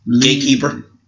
Gatekeeper